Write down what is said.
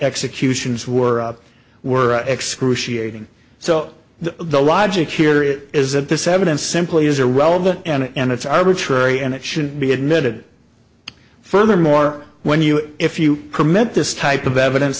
executions were were excruciating so the logic here it is that this evidence simply is irrelevant and it's arbitrary and it shouldn't be admitted furthermore when you if you commit this type of evidence